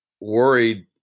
worried